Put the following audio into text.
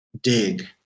dig